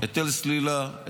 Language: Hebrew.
היטל סלילה,